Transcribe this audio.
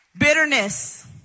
Bitterness